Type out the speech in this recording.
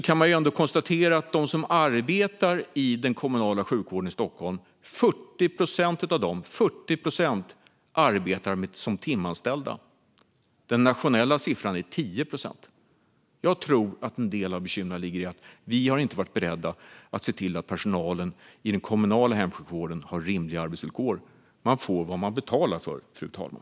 Man kan ändå konstatera att 40 procent av dem som arbetar i den kommunala sjukvården i Stockholm arbetar som timanställda. Den nationella siffran är 10 procent. Jag tror att en del av bekymren ligger i att vi inte har varit beredda att se till att personalen i den kommunala hemsjukvården har rimliga arbetsvillkor. Man får vad man betalar för, fru talman.